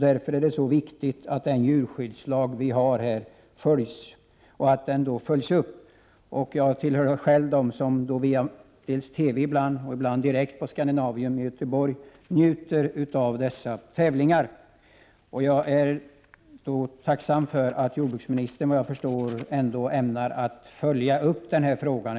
Därför är det så viktigt att den djurskyddslag som vi har följs och att detta verkligen följs upp. Jag tillhör själv dem som ibland via TV, ibland direkt på Scandinavium i Göteborg, njuter av dessa tävlingar, och jag är tacksam för att jordbruksministern efter vad jag förstår ämnar följa upp frågan.